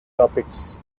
topics